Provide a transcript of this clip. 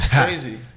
crazy